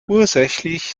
ursächlich